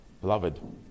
Beloved